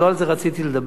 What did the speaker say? אבל לא על זה רציתי לדבר.